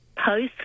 post